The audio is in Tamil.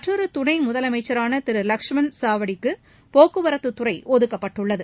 மற்றொரு துணை முதலமைச்சரான திரு லஷ்மண் சாவடிக்கு போக்குவரத்துத்துறை ஒதுக்கப்பட்டுள்ளது